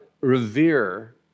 revere